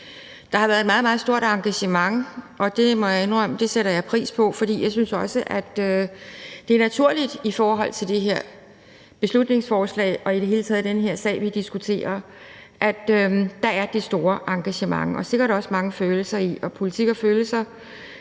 Der har været et meget, meget stort engagement, og det må jeg indrømme at jeg sætter pris på, for jeg synes også, at det er naturligt i forhold til det her beslutningsforslag og i det hele taget i den her sag, vi diskuterer, at der er det store engagement. Der er sikkert også mange følelser knyttet til det, og politik og følelser